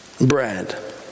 bread